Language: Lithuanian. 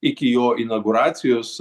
iki jo inauguracijos